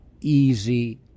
easy